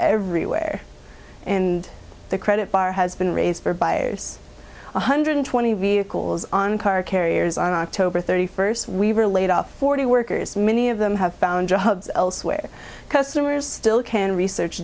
everywhere and the credit bar has been raised by one hundred twenty vehicles on car carriers on october thirty first we were laid off forty workers many of them have found elsewhere customers still can research